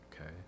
Okay